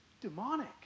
demonic